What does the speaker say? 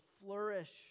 flourish